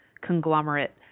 conglomerate